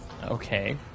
Okay